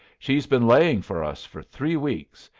she's been laying for us for three weeks,